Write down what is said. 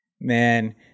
man